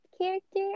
character